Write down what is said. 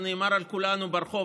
זה נאמר על כולנו ברחוב,